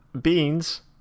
Beans